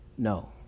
No